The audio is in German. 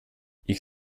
ich